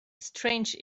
strange